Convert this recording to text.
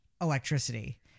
electricity